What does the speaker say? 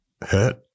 hurt